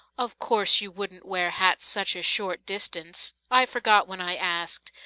of course you wouldn't wear hats such a short distance i forgot when i asked.